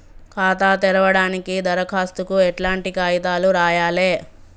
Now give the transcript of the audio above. ఖాతా తెరవడానికి దరఖాస్తుకు ఎట్లాంటి కాయితాలు రాయాలే?